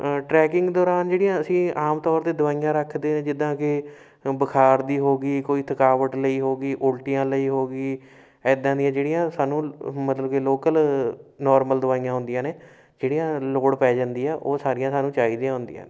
trekking ਦੌਰਾਨ ਜਿਹੜੀਆਂ ਅਸੀਂ ਆਮ ਤੌਰ 'ਤੇ ਦਵਾਈਆਂ ਰੱਖਦੇ ਹਾਂ ਜਿੱਦਾਂ ਕਿ ਬੁਖਾਰ ਦੀ ਹੋ ਗਈ ਕੋਈ ਥਕਾਵਟ ਲਈ ਹੋ ਗਈ ਉਲਟੀਆਂ ਲਈ ਹੋ ਗਈ ਇੱਦਾਂ ਦੀਆਂ ਜਿਹੜੀਆਂ ਸਾਨੂੰ ਮਤਲਬ ਕਿ ਲੋਕਲ ਨੋਰਮਲ ਦਵਾਈਆਂ ਹੁੰਦੀਆਂ ਨੇ ਜਿਹੜੀਆਂ ਲੋੜ ਪੈ ਜਾਂਦੀ ਹੈ ਉਹ ਸਾਰੀਆਂ ਸਾਨੂੰ ਚਾਹੀਦੀਆਂ ਹੁੰਦੀਆਂ ਨੇ